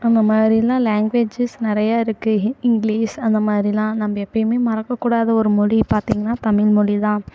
அந்தமாதிரிலாம் லாங்வேஜஸ் நிறையா இருக்குது இங்லீஷ் அந்தமாதிரிலாம் நம்ம எப்போமே மறக்கக்கூடாத ஒரு மொழி பார்த்தீங்கன்னா தமிழ்மொழி தான்